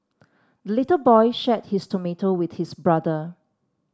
the little boy shared his tomato with his brother